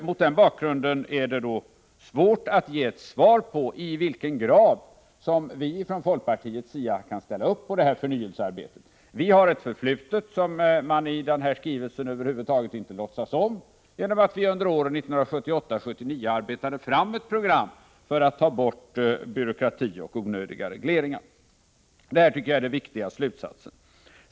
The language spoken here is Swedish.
Mot den bakgrunden är det alltså svårt att ge ett svar på i vilken grad vi från folkpartiets sida kan ställa upp på förnyelsearbetet. Vi har ett förflutet, som man i skrivelsen över huvud taget inte låtsas om, genom att vi under åren 1978-79 arbetade fram ett program för att få bort byråkrati och onödiga regleringar. Detta tycker jag är en viktig slutsats.